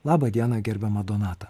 laba diena gerbiama donata